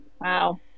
wow